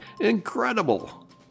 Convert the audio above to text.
Incredible